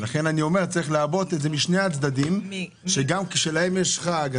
צריך לעבות את זה משני הצדדים כך שכשלהם יש חג,